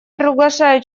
приглашаю